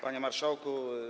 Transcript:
Panie Marszałku!